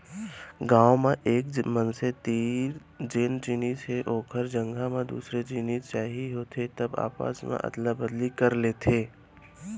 गाँव म एक मनसे तीर जेन जिनिस हे ओखर जघा म दूसर जिनिस चाही होथे त आपस मे अदला बदली कर लेथे